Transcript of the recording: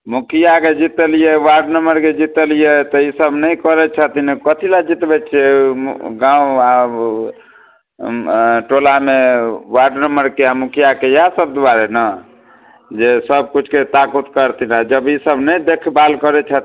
मुखिआके जितेलिए वार्ड मेम्बरके जितेलिए तऽ ईसब नहि करै छथिन कथीलए जितबै छिए गाम आब टोलामे वार्ड मेम्बरके आओर मुखिआके इएहसब दुआरे ने जे सबकिछुके ताकुत करथिन आओर जब ईसब नहि देखभाल करै छथिन